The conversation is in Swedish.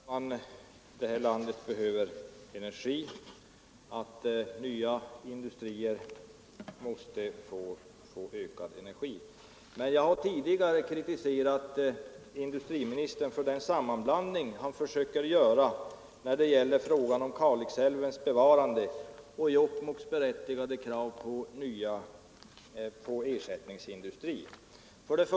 Herr talman! Jag är klar över att man i det här landet behöver energi och att nya industrier måste få ökad energi. Men jag har tidigare kritiserat industriministern för den sammanblandning han försöker göra av frågan om Kalixälvens bevarande och Jokkmokks berättigade krav på ersättningsindustri.